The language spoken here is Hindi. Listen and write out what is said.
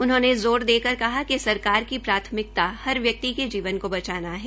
उन्होंने ज़ोर देकर कहा कि सरकार की प्राथमिकता हर व्यक्ति के जीवन को बचाना है